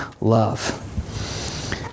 love